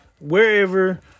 wherever